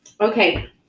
Okay